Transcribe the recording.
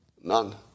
None